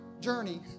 journey